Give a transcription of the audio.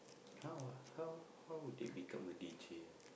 how ah how how would they become a D_J